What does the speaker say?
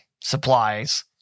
supplies